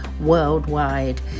worldwide